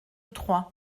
trois